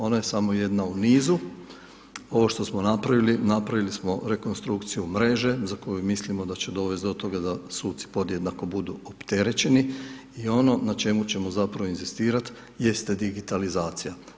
Ona je samo jedna u nizu, ovo što smo napravili, napravili smo rekonstrukciju mreže, za koju mislimo da će dovesti do toga da suci podjednako budu opterećeni i ono na čemu ćemo zapravo inzistirati jeste digitalizacija.